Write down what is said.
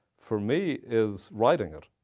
for me, is writing it,